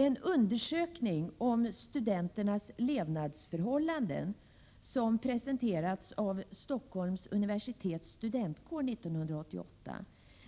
En undersökning av studenternas levnadsförhållanden, som presenterades 1988 av Stockholms universitets studentkår,